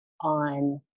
on